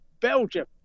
Belgium